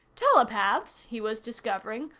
telepaths, he was discovering,